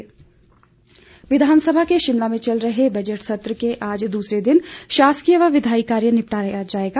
विधानसभा सत्र विधानसभा के शिमला में चल रहे बजट सत्र के आज दूसरे दिन शासकीय व विधायी कार्य निपटाया जाएगा